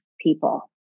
people